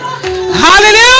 Hallelujah